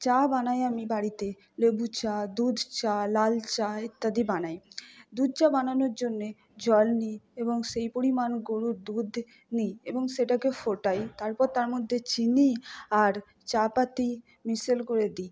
চা বানাই আমি বাড়িতে লেবু চা দুধ চা লাল চা ইত্যাদি বানাই দুধ চা বানানোর জন্যে জল নিই এবং সেই পরিমাণ গরুর দুধ নিই এবং সেটাকে ফোটাই তারপর তার মধ্যে চিনি আর চা পাতা মিশেল করে দিই